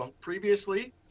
previously